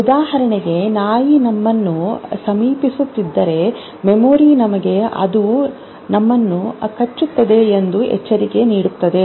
ಉದಾಹರಣೆಗೆ ನಾಯಿ ನಮ್ಮನ್ನು ಸಮೀಪಿಸುತ್ತಿದ್ದರೆ ಮೆಮೊರಿ ನಮಗೆ ಅದು ನಮನು ಕಚ್ಚುತ್ತದೆ ಎಂದು ಎಚ್ಚರಿಕೆ ನೀಡುತ್ತದೆ